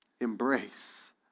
embrace